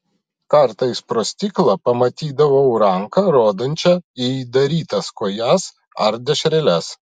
kartais pro stiklą pamatydavau ranką rodančią į įdarytas kojas ar dešreles